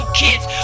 kids